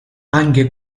anche